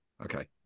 okay